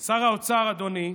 אדוני,